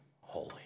holy